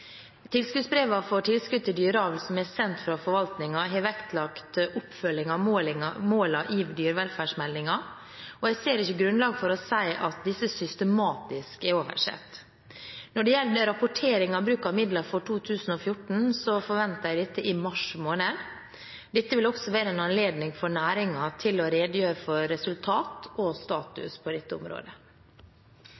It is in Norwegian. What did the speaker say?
for tilskudd til dyreavl som er sendt fra forvaltningen, har vektlagt oppfølging av målene i dyrevelferdsmeldingen, og jeg ser ikke grunnlag for å si at disse systematisk er oversett. Når det gjelder rapportering og bruk av midler for 2014, forventer jeg dette i mars måned. Dette vil også være en anledning for næringen til å redegjøre for resultater og status på dette området.